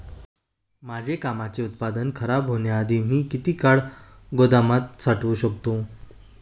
माझे कापसाचे उत्पादन खराब होण्याआधी मी किती काळ गोदामात साठवू शकतो?